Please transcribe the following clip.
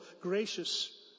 gracious